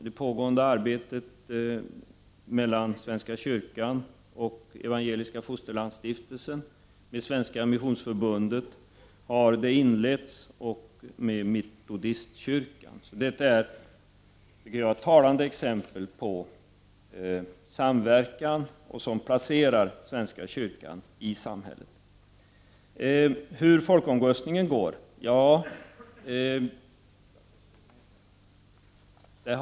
Det pågår ett samarbete mellan svenska kyrkan och Evangeliska fosterlandsstiftelsen. Det har också inletts ett samarbete med Svenska missionsförbundet liksom Metodistkyrkan. Detta är talande exempel på samverkan som placerar svenska kyrkan i samhället. Torgny Larsson tar upp frågan om en folkomröstning och hur den skulle gå.